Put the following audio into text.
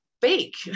fake